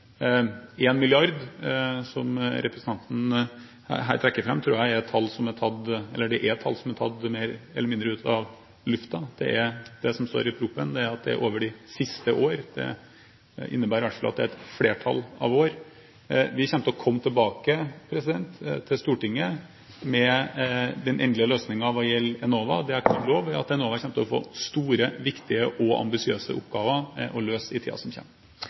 milliard, som representanten her trekker fram, er et tall som er tatt mer eller mindre ut av lufta. Det som står i proposisjonen, er at det er over de seneste år. Det innebærer i hvert fall at det er flere år. Vi vil komme tilbake til Stortinget med den endelige løsningen hva gjelder Enova. Det jeg kan love, er at Enova kommer til å få store, viktige og ambisiøse oppgaver å løse i tiden som